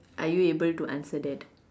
are you able to answer that